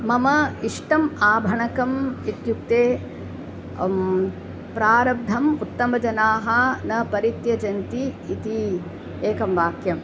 मम इष्टम् आभाणकम् इत्युक्ते प्रारब्धम् उत्तमजनाः न परित्यजन्ति इति एकं वाक्यम्